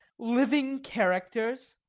living characters!